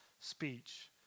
speech